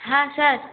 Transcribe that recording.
হ্যাঁ স্যার